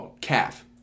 calf